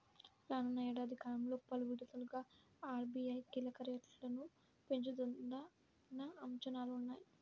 రానున్న ఏడాది కాలంలో పలు విడతలుగా ఆర్.బీ.ఐ కీలక రేట్లను పెంచుతుందన్న అంచనాలు ఉన్నాయి